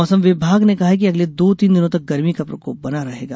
मौसम विभाग ने कहा है कि अगले दो दिनों तक गर्मी का प्रकोप बना रहेगा